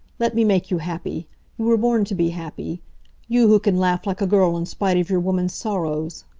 let me make you happy you were born to be happy you who can laugh like a girl in spite of your woman's sorrows